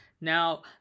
Now